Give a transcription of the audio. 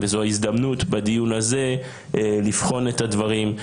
וזו ההזדמנות בדיון הזה לבחון את הדברים,